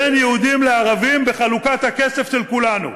בין יהודים לערבים בחלוקת הכסף של כולנו?